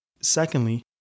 Secondly